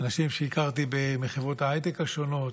אנשים שהכרתי בחברות ההייטק השונות,